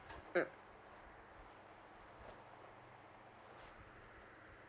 mm